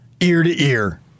ear-to-ear